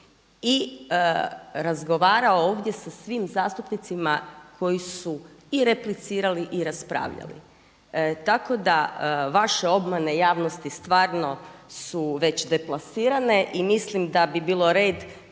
i razgovarao ovdje sa svim zastupnicima koji su i replicirali i raspravljali. Tako da vaše obmane javnosti stvarno su već deplasirane i mislim da bi bilo red